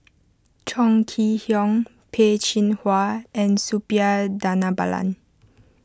Chong Kee Hiong Peh Chin Hua and Suppiah Dhanabalan